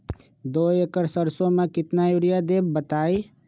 दो एकड़ सरसो म केतना यूरिया देब बताई?